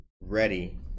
ready